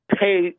pay